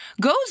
goes